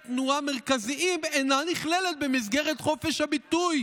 תנועה מרכזיים אינה נכללת במסגרת חופש הביטוי.